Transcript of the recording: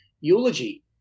eulogy